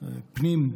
הפנים,